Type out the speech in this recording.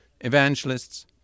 evangelists